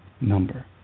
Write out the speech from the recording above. number